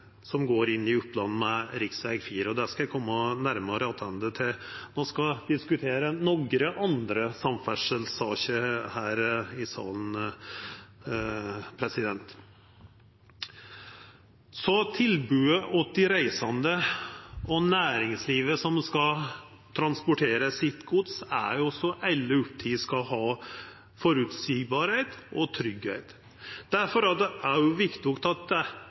som går inn i Oppland med rv. 4, og det skal eg koma nærmare attende til når vi skal diskutera nokre andre samferdselssaker her i salen. Når det gjeld tilbodet åt dei reisande og næringslivet som skal transportera godset sitt, er alle opptekne av at det skal vera føreseieleg og trygt. Difor er det òg viktig at